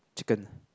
chicken